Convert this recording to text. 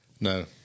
no